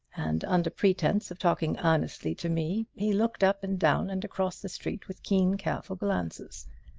and under pretense of talking earnestly to me he looked up and down and across the street with keen, careful glances.